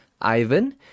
ivan